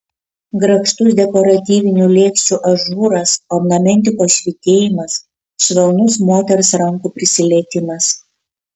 grakštus dekoratyvinių lėkščių ažūras ornamentikos švytėjimas švelnus moters rankų prisilietimas